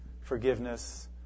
forgiveness